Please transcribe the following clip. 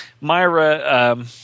Myra